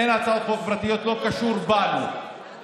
זה לא קשור בנו, לכן